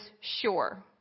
sure